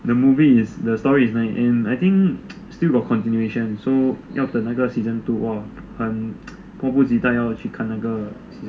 the movie is the story is nice and I think still got continuation so yup 要等那个 season two !wah! 很迫不及待要去看那个 season two